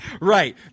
right